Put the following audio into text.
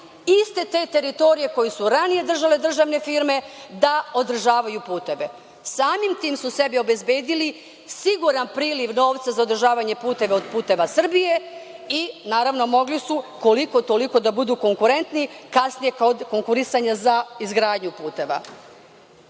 iste te teritorije koje su ranije držale državne firme da održavaju puteve. Samim tim su se bi obezbedili siguran priliv novca za održavanje puteva od puteva Srbije i naravno mogli su koliko-toliko da budu konkurentni, kasnije kod konkurisanja za izgradnju puteva. Rekla